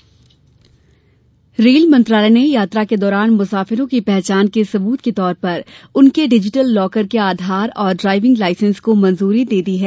rail पहचान rail मंत्रालय ने यात्रा के दौरान मुसाफिरों की पहचान के सबूत के तौर पर उनके डिजिटल लॉकर के आधार और डाइविंग लाइसेंस को मंजूरी दे दी है